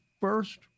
first